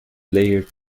layered